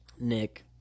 Nick